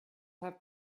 have